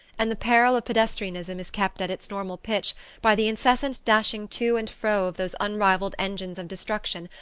and the peril of pedestrianism is kept at its normal pitch by the incessant dashing to and fro of those unrivalled engines of destruction,